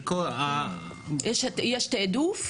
יש תיעדוף?